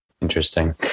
Interesting